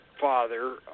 father